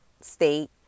state